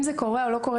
אם זה קורה או לא קורה,